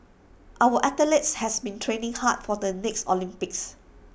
our athletes has been training hard for the next Olympics